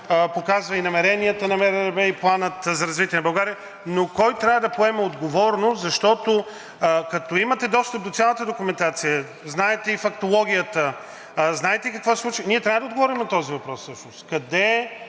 показва и намеренията на МРРБ, и Планът за развитие на България, но кой трябва да поеме отговорност, защото, като имате достъп до цялата документация, знаете и фактологията, знаете и какво се случи, ние трябва да отговорим на този въпрос –